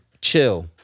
chill